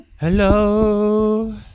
Hello